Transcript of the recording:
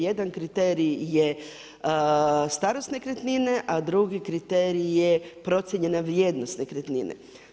Jedan kriterij je starost nekretnine, a drugi kriterij je procijenjena vrijednost nekretnine.